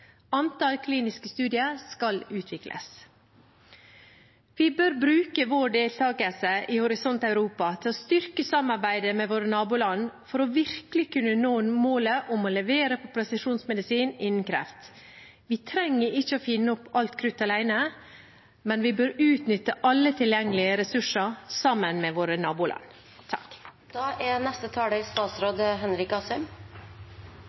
Antall kliniske studier skal utvikles. Vi bør bruke vår deltakelse i Horisont Europa til å styrke samarbeidet med våre naboland for virkelig å kunne nå målet om å levere på presisjonsmedisin innen kreft. Vi trenger ikke å finne opp alt krutt alene. Vi bør utnytte alle tilgjengelige ressurser sammen med våre naboland. Jeg er